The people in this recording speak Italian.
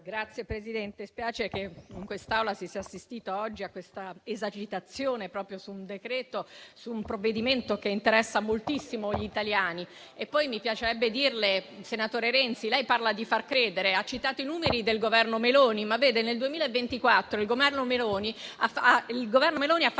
Signora Presidente, spiace che in quest'Aula si sia assistito oggi a questa esagitazione proprio su un provvedimento che interessa moltissimo gli italiani. Mi piacerebbe poi dire al senatore Renzi, che parla di far credere e ha citato i numeri del Governo Meloni, che nel 2024 il Governo Meloni ha fatto